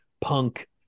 punk